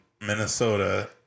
Minnesota